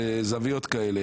אלה זוויות כאלה,